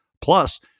plus